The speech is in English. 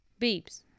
Beeps